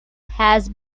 has